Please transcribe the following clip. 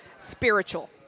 Spiritual